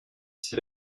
c’est